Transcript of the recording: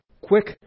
quick